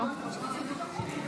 שלוש דקות לרשותך.